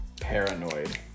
Paranoid